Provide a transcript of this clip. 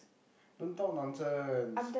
don't talk nonsense